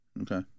Okay